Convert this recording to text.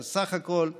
זה סך הכול מגן,